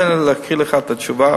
תן לי להקריא לך את התשובה,